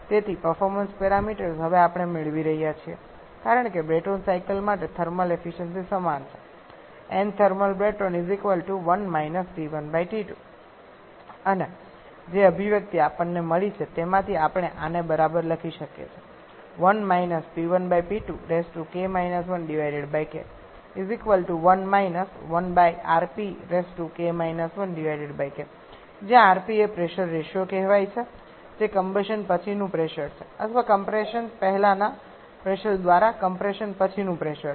તેથી performance parameters હવે આપણે મેળવી રહ્યા છીએ કારણ કે બ્રેટોન સાયકલ માટે થર્મલ એફિસયન્સિ સમાન છે અને જે અભિવ્યક્તિ આપણને મળી છે તેમાંથી આપણે આને બરાબર લખી શકીએ છીએ જ્યાં rp પ્રેશર રેશિયો કહેવાય છે જે કમ્બશન પછીનું પ્રેશર છે અથવા કમ્પ્રેશન પહેલાનાં પ્રેશર દ્વારા કમ્પ્રેશન પછીનું પ્રેશર છે